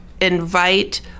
invite